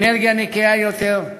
לאנרגיה נקייה יותר,